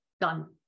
done